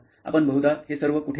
आपण बहुदा हे सर्व कुठे लिहिता